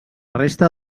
resta